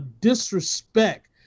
disrespect